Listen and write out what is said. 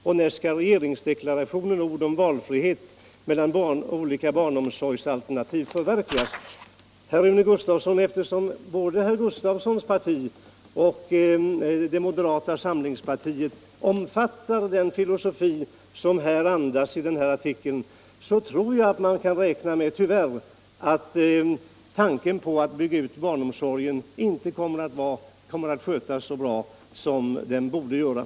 Och när skall regeringsdeklarationens ord om valfrihet mellan olika barnomsorgsalternativ förverkligas? Herr Rune Gustavsson! Eftersom både herr Gustavssons parti och det moderata samlingspartiet omfattar den filosofi som denna ledare andas, så tror jag att man tyvärr kan räkna med att utbyggnaden av barnomsorgen inte kommer att skötas så bra som den borde skötas.